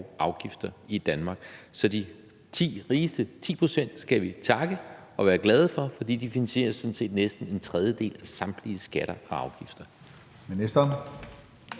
afgifter i Danmark, så vi skal takke de rigeste 10 pct. og være glade for, for de betaler sådan set næsten en tredjedel af samtlige skatter og afgifter.